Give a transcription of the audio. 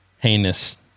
heinous